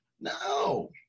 No